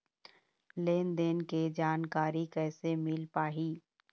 लेन देन के जानकारी कैसे मिल पाही?